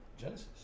Genesis